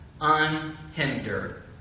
unhindered